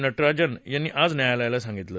नटराज यांनी आज न्यायालयाला सांगितलं